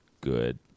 good